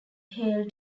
hail